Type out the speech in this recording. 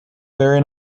very